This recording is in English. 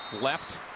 Left